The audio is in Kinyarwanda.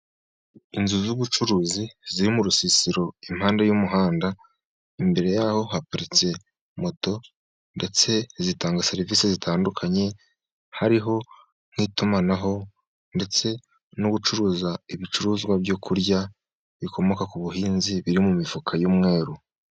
Inzu z'ubucuruzi ziri mu rusisiro impande y'umuhanda. Imbere yaho haparitse moto, ndetse zitanga serivisi zitandukanye hariho nk'itumanaho ndetse no gucuruza ibicuruzwa byo kurya bikomoka ku buhinzi biri mu mifuka y'umweru